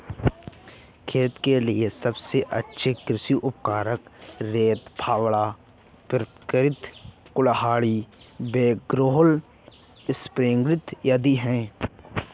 खेत के लिए सबसे अच्छे कृषि उपकरण, रेक, फावड़ा, पिकैक्स, कुल्हाड़ी, व्हीलब्रो, स्प्रिंकलर आदि है